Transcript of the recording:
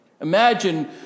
Imagine